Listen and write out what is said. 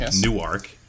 Newark